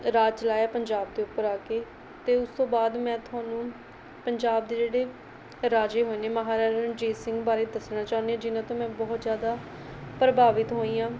ਰਾਜ ਚਲਾਇਆ ਪੰਜਾਬ ਦੇ ਉੱਪਰ ਆ ਕੇ ਅਤੇ ਉਸ ਤੋਂ ਬਾਅਦ ਮੈਂ ਤੁਹਾਨੂੰ ਪੰਜਾਬ ਦੇ ਜਿਹੜੇ ਰਾਜੇ ਹੋਏ ਨੇ ਮਹਾਰਾਜਾ ਰਣਜੀਤ ਸਿੰਘ ਬਾਰੇ ਦੱਸਣਾ ਚਾਹੁੰਦੀ ਜਿੰਨ੍ਹਾਂ ਤੋਂ ਮੈਂ ਬਹੁਤ ਜ਼ਿਆਦਾ ਪ੍ਰਭਾਵਿਤ ਹੋਈ ਹਾਂ